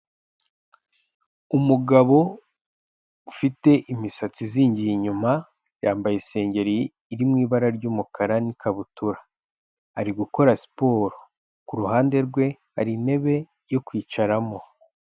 Umugabo ufite imisatsi izingiye inyuma yambaye isengeri iri mu ibara ry'umukara, n'ikabutura ari gukora siporo ku ruhande rwe hari intebe yo kwicaramo.